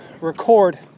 record